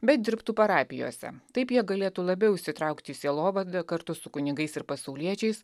bet dirbtų parapijose taip jie galėtų labiau įsitraukti į sielovadą kartu su kunigais ir pasauliečiais